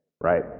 right